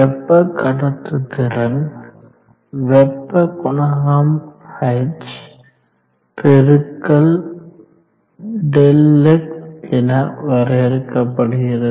வெப்ப கடத்துத்திறன் வெப்ப குணகம் h பெருக்கல் Δx என வரையறுக்கப்படுகிறது